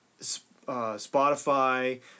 Spotify